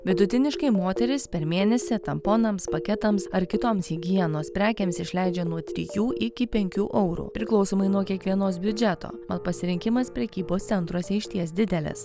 vidutiniškai moteris per mėnesį tamponams paketams ar kitoms higienos prekėms išleidžia nuo trijų iki penkių eurų priklausomai nuo kiekvienos biudžeto o pasirinkimas prekybos centruose išties didelis